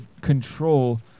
control